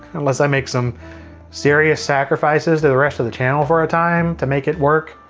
unless i make some serious sacrifices to the rest of the channel for a time, to make it work.